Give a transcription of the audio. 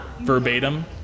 verbatim